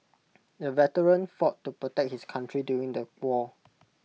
the veteran fought to protect his country during the war